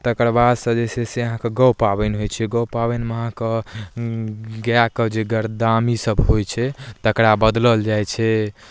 तकर बादसँ जे छै से अहाँके गौ पाबनि होइ छै गौ पाबनिमे अहाँकेँ गायकेँ जे गरदामी सभ होइ छै तकरा बदलल जाइ छै